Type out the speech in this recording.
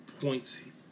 points